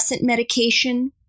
medication